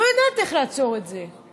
לא יודעת איך לעצור את זה.